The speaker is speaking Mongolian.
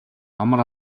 амар